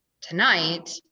tonight